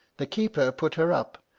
the keeper put her up,